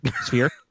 sphere